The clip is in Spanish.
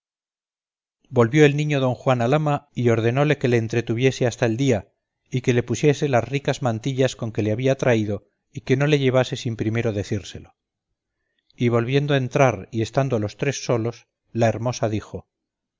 volvió el niño don juan al ama y ordenóle le entretuviese hasta el día y que le pusiese las ricas mantillas con que le había traído y que no le llevase sin primero decírselo y volviendo a entrar y estando los tres solos la hermosa dijo